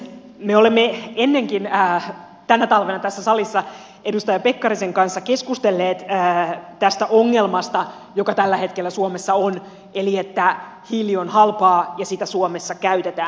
me olemme ennenkin tänä talvena tässä salissa edustaja pekkarisen kanssa keskustelleet tästä ongelmasta joka tällä hetkellä suomessa on eli että hiili on halpaa ja sitä suomessa käytetään